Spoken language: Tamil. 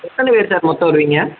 எத்தனை பேர் சார் மொத்தம் வருவீங்க